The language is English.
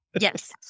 Yes